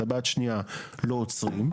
טבעת שנייה לא עוצרים,